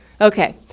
Okay